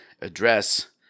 address